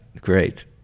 great